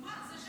על מה?